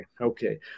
Okay